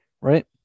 right